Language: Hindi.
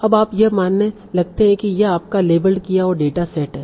अब आप यह मानने लगते हैं कि यह आपका लेबल्ड किया हुआ डेटा सेट है